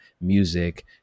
music